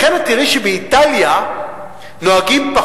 לכן את תראי שבאיטליה נוהגים בכביש